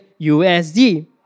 USD